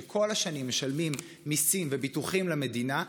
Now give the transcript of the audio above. שכל השנים משלמים מיסים וביטוחים למדינה,